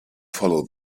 follow